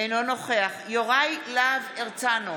אינו נוכח יוראי להב הרצנו,